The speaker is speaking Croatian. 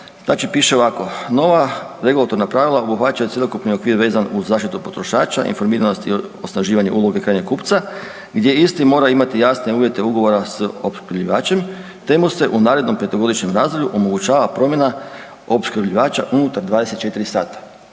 piše ovako. Nova regulatorna pravila obuhvaćaju cjelokupni okvir vezan uz zaštitu potrošača, informiranost i osnaživanje uloge krajnjeg kupca gdje isti mora imati jasne uvjete ugovora s opskrbljivačem, te mu se u narednom 5-godišnjem razdoblju omogućava promjena opskrbljivača unutar 24 sata,